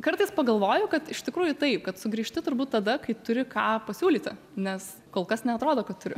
kartais pagalvoju kad iš tikrųjų taip kad sugrįžti turbūt tada kai turi ką pasiūlyti nes kol kas neatrodo kad turiu